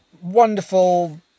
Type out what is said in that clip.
wonderful